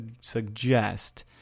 suggest